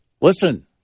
Listen